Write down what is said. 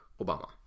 Obama